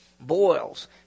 boils